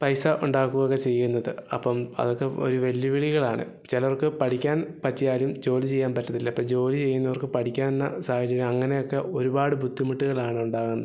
പൈസ ഉണ്ടാക്കുകയൊക്കെ ചെയ്യുന്നത് അപ്പം അതൊക്കെ ഒര് വെല്ലുവിളികളാണ് ചിലർക്ക് പഠിക്കാൻ പറ്റിയാലും ജോലി ചെയ്യാൻ പറ്റത്തില്ല അപ്പോൾ ജോലി ചെയ്യുന്നോർക്ക് പഠിക്കുന്ന സാഹചര്യം അങ്ങനെയൊക്കെ ഒരുപാട് ബുദ്ധിമുട്ടുകളാണ് ഉണ്ടാകുന്നത്